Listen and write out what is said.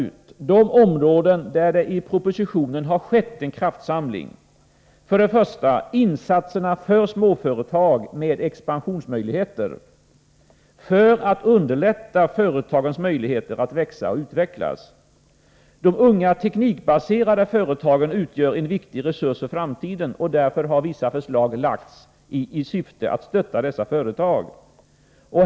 Det är de områden där det i propositionen har skett en kraftsamling. För det första: Insatserna för småföretag med expansionsmöjligheter ökar för att underlätta företagens möjligheter att växa och utvecklas. De unga teknikbaserade företagen utgör en viktig resurs för framtiden och därför har vissa förslag lagts i syfte att stötta dessa företag.